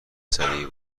سریع